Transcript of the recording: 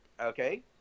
Okay